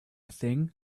thing